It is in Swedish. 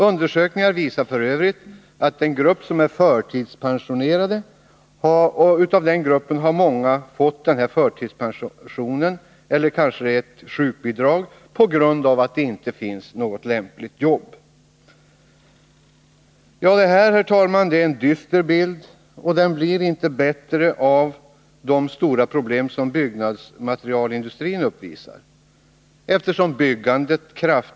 Undersökningar visar f. ö. att många inom gruppen förtidspensionerade har fått förtidspension eller kanske sjukbidrag på grund av att det inte fanns något lämpligt arbete. Detta är, herr talman, en dyster bild, som inte blir bättre genom de stora problem som byggnadsmaterialindustrin uppvisar.